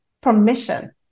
permission